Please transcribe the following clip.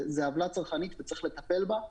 זו עוולה צרכנית שצריך לטפל בה.